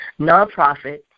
nonprofit